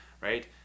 right